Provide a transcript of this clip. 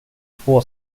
två